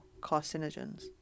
carcinogens